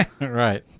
Right